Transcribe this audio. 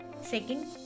Second